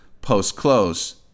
post-close